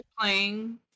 playing